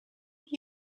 have